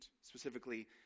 specifically